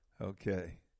Okay